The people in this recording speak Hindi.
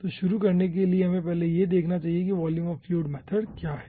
तो शुरू करने के लिए हमें पहले यह देखना चाहिए कि वॉल्युम ऑफ़ फ्लूइड मेथड क्या है